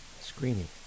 screening